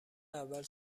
اول